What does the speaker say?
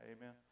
Amen